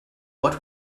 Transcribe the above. what